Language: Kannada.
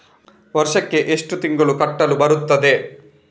ವರ್ಷಕ್ಕೆ ಎಷ್ಟು ತಿಂಗಳು ಕಟ್ಟಲು ಬರುತ್ತದೆ?